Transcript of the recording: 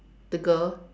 the girl